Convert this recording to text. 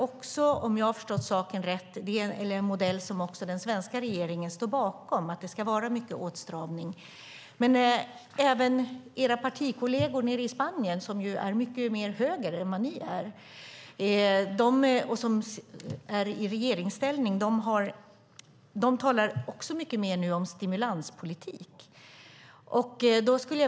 Om jag förstått saken rätt är det också en modell som den svenska regeringen står bakom; det ska vara mycket åtstramning. Men era partikolleger nere i Spanien, som är mycket mer höger än ni och som också är i regeringsställning, talar nu mycket mer om stimulanspolitik.